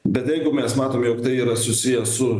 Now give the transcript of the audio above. bet jeigu mes matom jog tai yra susiję su